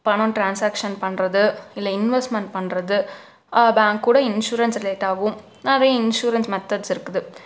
பணம் டிரான்ஸாக்ஷன் பண்ணுறது இல்லை இன்வெஸ்ட்மெண்ட் பண்ணுறது பேங்க் கூட இன்ஷுரன்ஸ் ரிலேட்டாகவும் நிறைய இன்ஷுரன்ஸ் மெத்தட்ஸ் இருக்குது